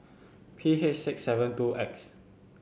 P H six seven two X